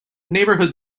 neighbourhood